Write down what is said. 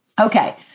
Okay